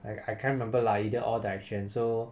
I I can't remember lah either or direction so